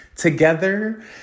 Together